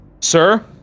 Sir